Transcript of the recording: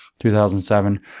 2007